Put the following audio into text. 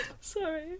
Sorry